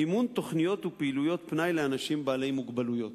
מימון תוכניות ופעולות פנאי לאנשים עם מוגבלויות.